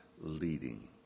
leading